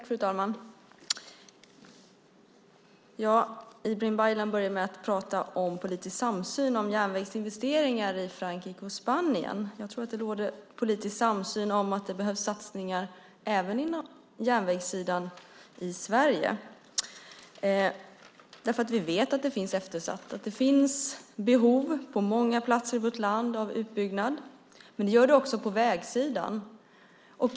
Fru talman! Ibrahim Baylan började med att tala om politisk samsyn i fråga om järnvägsinvesteringar i Frankrike och Spanien. Jag tror att det råder politisk samsyn om att det behövs satsningar på järnvägssidan även i Sverige. Vi vet att den är eftersatt. Det finns behov av utbyggnad på många platser i vårt land, och det gäller även på vägsidan.